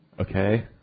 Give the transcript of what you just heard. okay